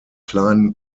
kleinen